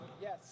Yes